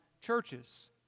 churches